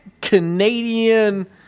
Canadian